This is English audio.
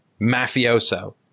mafioso